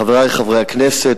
חברי חברי הכנסת,